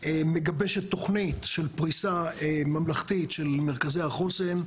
מגבשת תוכנית של פריסה ממלכתית של מרכזי החוסן.